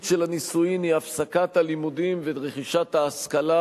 של הנישואים היא הפסקת הלימודים ורכישת ההשכלה,